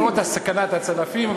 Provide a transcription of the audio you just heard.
למרות סכנת הצלפים.